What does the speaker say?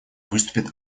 выступит